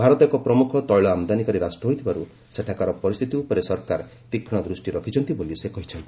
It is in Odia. ଭାରତ ଏକ ପ୍ରମୁଖ ତେିଳ ଆମଦାନୀକାରୀ ରାଷ୍ଟ୍ର ହୋଇଥିବାରୁ ସେଠାକାର ପରିସ୍ଥିତି ଉପରେ ସରକାର ତୀକ୍ଷ୍ମ ଦୂଷ୍ଟି ରଖିଛନ୍ତି ବୋଲି ସେ କହିଛନ୍ତି